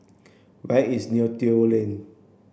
where is Neo Tiew Lane